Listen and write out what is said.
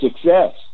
success